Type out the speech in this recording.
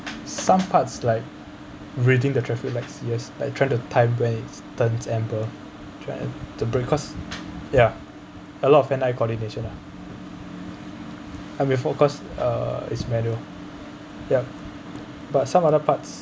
some parts like reading the traffic lights yes like trying to time it turns cause ya a lot of hand eye coordination and focus uh is manual yup but some other parts